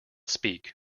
speak